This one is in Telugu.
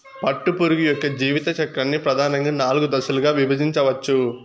పట్టుపురుగు యొక్క జీవిత చక్రాన్ని ప్రధానంగా నాలుగు దశలుగా విభజించవచ్చు